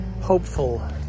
hopeful